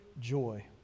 joy